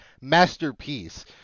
masterpiece